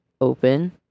open